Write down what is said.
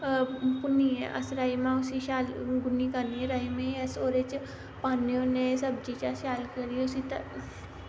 भुन्नियै अस राजमा उसी शैल गुन्नी गन्नियै राजमांहें अस ओह्दे च पान्ने होने सब्जी च अस शैल करियै उसी